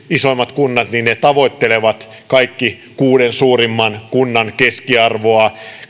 isoimmat kunnat tavoittelevat kaikki kuuden suurimman kunnan keskiarvoa